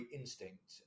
instinct